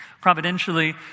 Providentially